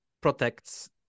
protects